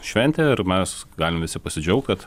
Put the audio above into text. šventė ir mes galim visi pasidžiaugt kad